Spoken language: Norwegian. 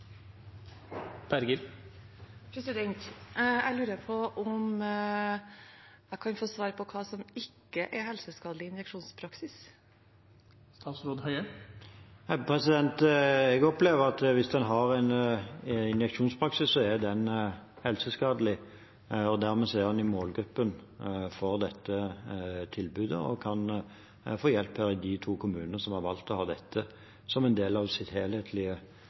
januar. Jeg lurer på om jeg kan få svar på hva som ikke er helseskadelig injeksjonspraksis. Jeg opplever det sånn at hvis en har en injeksjonspraksis, er den helseskadelig, og dermed er en i målgruppen for dette tilbudet og kan få hjelp i de to kommunene som har valgt å ha dette som en del av sitt helhetlige